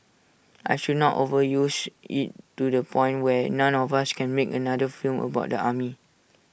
I should not overuse IT to the point where none of us can make another film about the army